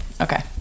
Okay